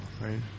right